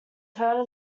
turn